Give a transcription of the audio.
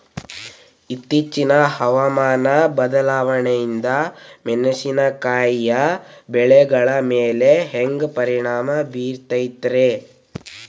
ಇತ್ತೇಚಿನ ಹವಾಮಾನ ಬದಲಾವಣೆಯಿಂದ ಮೆಣಸಿನಕಾಯಿಯ ಬೆಳೆಗಳ ಮ್ಯಾಲೆ ಹ್ಯಾಂಗ ಪರಿಣಾಮ ಬೇರುತ್ತೈತರೇ?